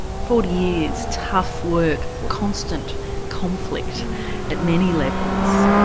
forty years tough work, constant conflict at many levels.